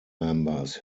members